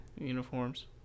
uniforms